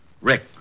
Rick